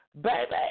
Baby